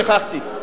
שכחתי.